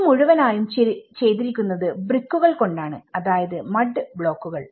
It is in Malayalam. ഇത് മുഴുവനായും ചെയ്തിരിക്കുന്നത് ബ്രിക്കുകൾ കൊണ്ടാണ് അതായത് മഡ് ബ്ലോക്കുകൾ